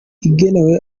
igenewe